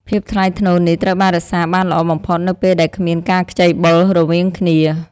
ភាពថ្លៃថ្នូរនេះត្រូវបានរក្សាបានល្អបំផុតនៅពេលដែលគ្មានការខ្ចីបុលរវាងគ្នា។